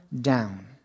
down